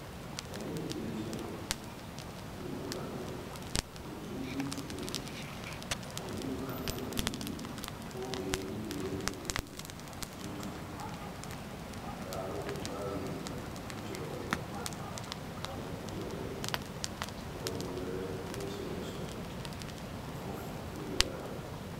E leydi Belgium yimɓe maɓɓe ɓe juutuɓe, o yi maa ɓe ɓuri yimɓe ko toye leydi jutuki, raa bo ɓe mbaawi fijo bol. Ngam e fijo bol ɓe woni nder yeeso-yeeso ko fuf duniyaaru.